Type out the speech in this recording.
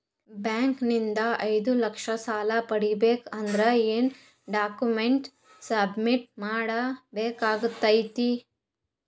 Bank ನಿಂದ ಐದು ಲಕ್ಷ ಸಾಲ ಪಡಿಬೇಕು ಅಂದ್ರ ಏನ ಡಾಕ್ಯುಮೆಂಟ್ ಸಬ್ಮಿಟ್ ಮಾಡ ಬೇಕಾಗತೈತಿ?